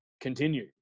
continue